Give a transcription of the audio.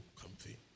comfy